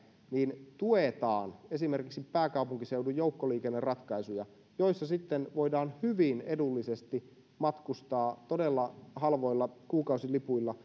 tuetaan esimerkiksi pääkaupunkiseudun joukkoliikenneratkaisuja missä voidaan hyvin edullisesti matkustaa todella halvoilla kuukausilipuilla